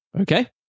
Okay